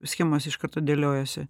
schemas iš karto dėliojuosi